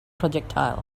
projectile